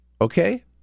Okay